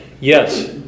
Yes